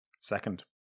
Second